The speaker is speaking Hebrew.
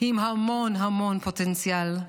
עם המון המון פוטנציאל.